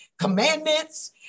commandments